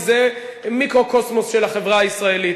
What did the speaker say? כי זה מיקרוקוסמוס של החברה הישראלית,